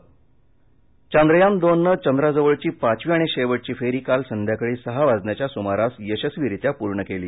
चांद्रयान चांद्रयान दोननं चंद्राजवळची पाचवी आणि शेवटची फेरी काल संध्याकाळी सहा वाजण्याच्या सुमारास यशस्वीरीत्या पूर्ण केली